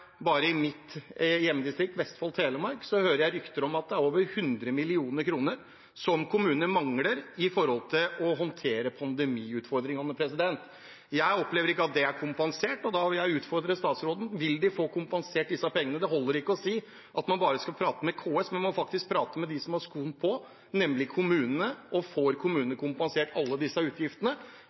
bare i mitt hjemdistrikt, Vestfold og Telemark, hører jeg rykter om at kommunene mangler over 100 mill. kr til å håndtere pandemiutfordringene. Jeg opplever ikke at det er kompensert, og da vil jeg utfordre statsråden: Vil de få kompensert disse pengene? Det holder ikke å si at man bare skal prate med KS. Man må prate med dem som har skoene på, nemlig kommunene. Får kommunene kompensert alle disse utgiftene,